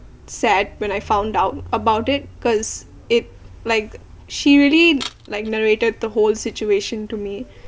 sad when I found out about it cause it like she really like narrated the whole situation to me